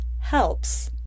helps